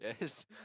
Yes